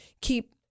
keep